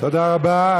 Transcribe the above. תודה רבה.